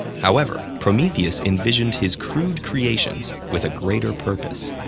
however, prometheus envisioned his crude creations with a greater purpose.